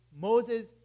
Moses